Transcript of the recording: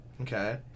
Okay